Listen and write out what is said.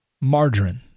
margarine